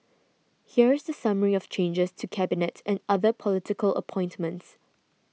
here is the summary of changes to Cabinet and other political appointments